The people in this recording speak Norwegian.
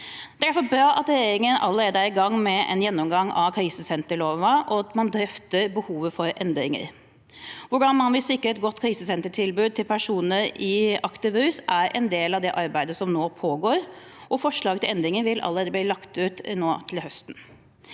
Det er derfor bra at regjeringen allerede er i gang med en gjennomgang av krisesenterloven, og at man drøfter behovet for endringer. Hvordan man vil sikre et godt krisesentertilbud til personer i aktiv rus, er en del av det arbeidet som nå pågår, og forslag til endringer vil bli lagt ut allerede nå til høsten.